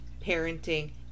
parenting